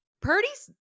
purdy's